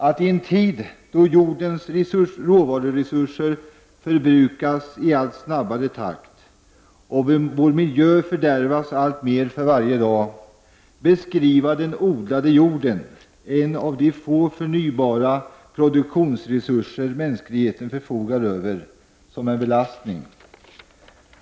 I en tid då jordens råvaruresurser förbrukas i allt snabbare takt och vår miljö fördärvas allt mer för varje dag, beskrivs den odlade jorden, en av de få förnybara produktionsresurser mänskligheten förfogar över, som en belastning.